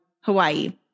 Hawaii